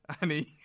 Annie